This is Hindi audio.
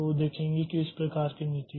तो देखेंगे कि इस प्रकार की नीति